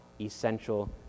essential